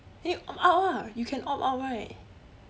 then you opt out ah you can opt out right